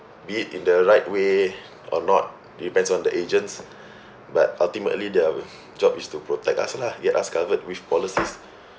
be it in the right way or not depends on the agents but ultimately their job is to protect us lah get us covered which policies